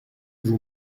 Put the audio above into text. vous